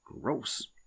Gross